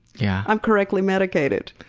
yeah i'm correctly medicated.